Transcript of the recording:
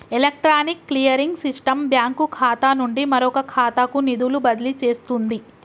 electronic clearing system bank ఖాతా నుండి మరొక ఖాతాకు నిధులు బదిలీ చేస్తుంది